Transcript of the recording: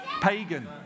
Pagan